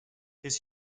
his